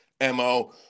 MO